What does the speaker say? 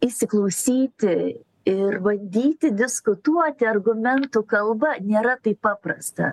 įsiklausyti ir bandyti diskutuoti argumentų kalba nėra taip paprasta